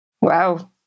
Wow